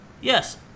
Yes